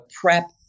prep